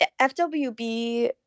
FWB